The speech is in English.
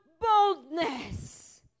Boldness